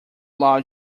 love